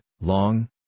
long